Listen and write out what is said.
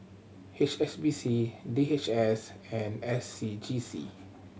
H S B C D H S and S C G C